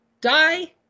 die